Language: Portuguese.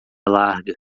larga